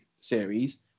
series